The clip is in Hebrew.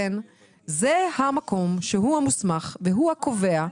זה המקום שהוא המוסמך והוא הקובע.